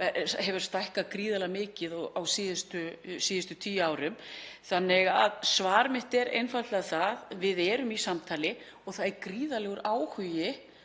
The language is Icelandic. hefur stækkað gríðarlega mikið á síðustu tíu árum. Svar mitt er einfaldlega það að við erum í samtali og það er gríðarlegur áhugi